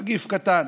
נגיף קטן.